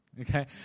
Okay